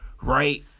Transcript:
right